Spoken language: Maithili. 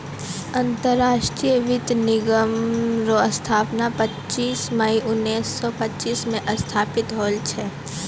अंतरराष्ट्रीय वित्त निगम रो स्थापना पच्चीस मई उनैस सो पच्चीस मे स्थापित होल छै